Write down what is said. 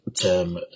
term